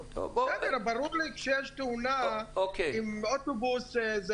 ברור לי שכאשר יש תאונה עם אוטובוס זה